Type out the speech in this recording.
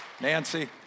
Nancy